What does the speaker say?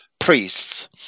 priests